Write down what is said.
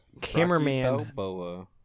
cameraman